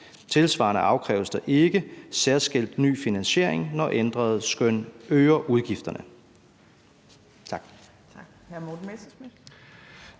Tilsvarende afkræves der ikke særskilt ny finansiering, når ændrede skøn øger udgifterne.